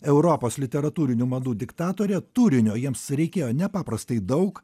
europos literatūrinių madų diktatorė turinio jiems reikėjo nepaprastai daug